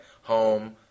home